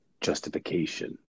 justification